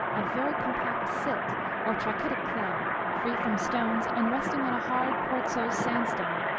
of very compact silt or trachytic clay, free from stones, and resting on a hard quartzoze sandstone.